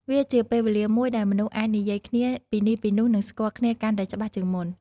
វាជាពេលវេលាមួយដែលមនុស្សអាចនិយាយគ្នាពីនេះពីនោះនិងស្គាល់គ្នាកាន់តែច្បាស់ជាងមុន។